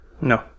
no